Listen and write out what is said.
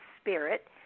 spirit